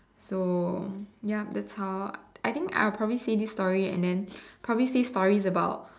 so yup that's how I think I'll probably say this story and then probably say stories about